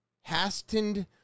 Hastened